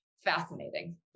fascinating